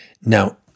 Now